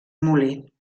molí